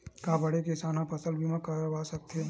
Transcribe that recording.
का बड़े किसान ह फसल बीमा करवा सकथे?